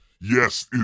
Yes